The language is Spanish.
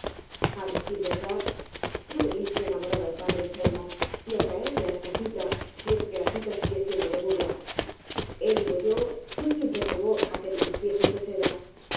á decir verdad tú debiste enamorar al padre an selmo y atraerle á esta cita si es que la cita sigue siendo de burla él y no yo fué quien reprobó que te vistieses de seda